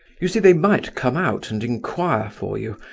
you see they might come out and inquire for you,